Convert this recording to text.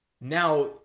now